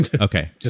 Okay